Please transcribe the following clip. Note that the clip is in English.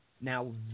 Now